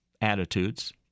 attitudes